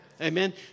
Amen